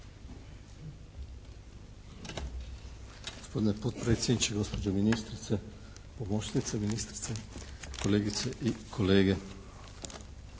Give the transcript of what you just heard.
Hvala.